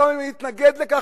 גם אם נתנגד לכך,